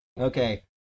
Okay